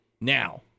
Now –